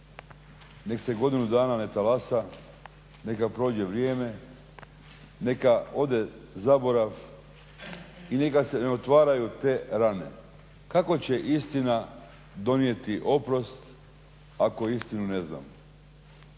Nek' se godinu dana ne talasa, neka prođe vrijeme, neka ode zaborav i neka se ne otvaraju te rane. Kako će istina donijeti oprost ako istinu ne znamo?